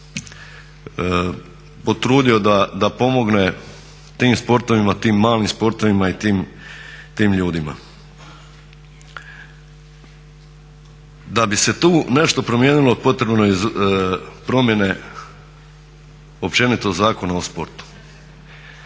potrudio da pomogne tim sportovima, tim malim sportovima i tim ljudima. Da bi se tu nešto promijenilo potrebno je promjene općenito Zakona o sportu.